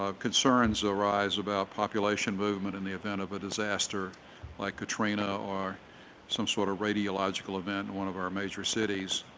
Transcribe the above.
ah concerns arise about population movement in the event of a disaster like katrina or some sort of radiological event in one of our major cities.